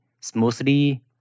smoothly